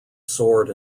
sword